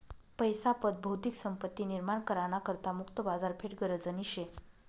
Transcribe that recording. पैसा पत भौतिक संपत्ती निर्माण करा ना करता मुक्त बाजारपेठ गरजनी शे